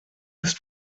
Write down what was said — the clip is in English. this